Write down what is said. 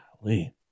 golly